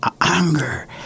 anger